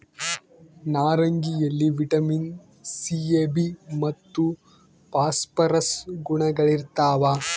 ನಾರಂಗಿಯಲ್ಲಿ vitamin C A B ಮತ್ತು phosphorus ಗುಣಗಳಿರ್ತಾವ